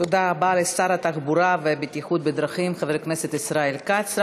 תודה רבה לשר התחבורה והבטיחות בדרכים חבר הכנסת ישראל כץ.